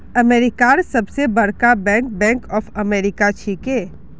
अमेरिकार सबस बरका बैंक बैंक ऑफ अमेरिका छिके